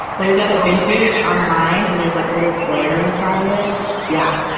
but we've got it vintage online and there's like a little flare inside it yeah,